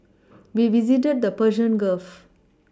we visited the Persian Gulf